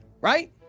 Right